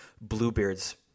Bluebeard's